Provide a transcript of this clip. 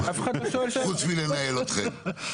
אני באמצע לדבר.